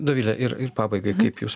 dovile ir ir pabaigai kaip jūs